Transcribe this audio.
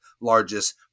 largest